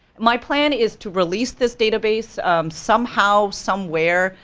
my plan is to release this database somehow, somewhere.